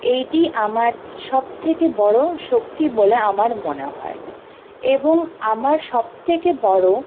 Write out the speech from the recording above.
এইটিই আমার সবথেকে বড় শক্তি বলে আমার মনে হয় এবং আমার সবথেকে বড়